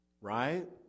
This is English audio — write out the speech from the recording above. Right